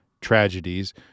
tragedies